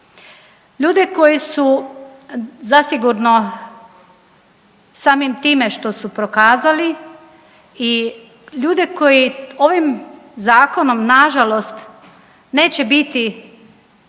ljude koji su zasigurno samim time što su prokazali i ljude koji ovim zakonom nažalost neće biti